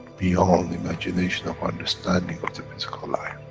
beyond imagination of understanding of the physical life.